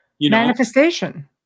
Manifestation